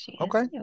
okay